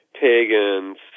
pagans